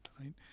right